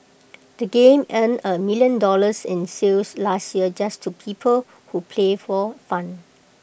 the game earned A million dollars in sales last year just to people who play for fun